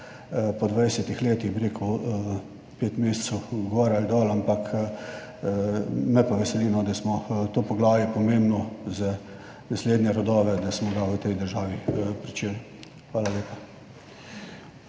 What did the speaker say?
po 20 letih, bi rekel, pet mesecev gor ali dol, ampak me pa veseli no, da smo to poglavje pomembno za naslednje rodove, da smo ga v tej državi pričeli. Hvala lepa.